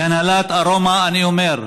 להנהלת ארומה אני אומר: